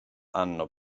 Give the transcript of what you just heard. hanno